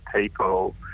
people